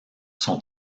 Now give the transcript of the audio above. sont